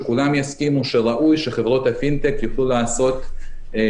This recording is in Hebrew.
למיטב ידיעתי,